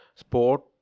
sport